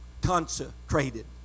Consecrated